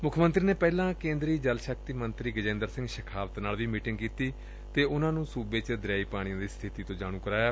ਮੁੱਖ ਮੰਤਰੀ ਨੇ ਪਹਿਲਾਂ ਕੇਦਰੀ ਜਲ ਸ਼ਕਤੀ ਮੰਤਰੀ ਗਜੇਦਰ ਸਿੰਘ ਸ਼ੇਖਾਵਤ ਨਾਲ ਵੀ ਮੀਟਿੰਗ ਕੀਤੀ ਅਤੇ ਉਨ੍ਹਾਂ ਨੂੰ ਸੂਬੇ ਚ ਦਰਿਆਈ ਪਾਣੀਆਂ ਦੀ ਸਬਿਤੀ ਤੋਂ ਜਾਣੂ ਕਰਵਾਇਆ